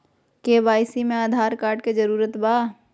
KYC में Aadhaar card के जरूरत बा?